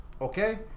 okay